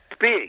big